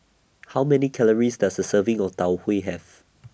How Many Calories Does A Serving of Tau Huay Have